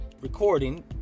recording